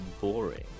Boring